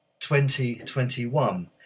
2021